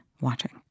watching